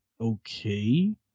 okay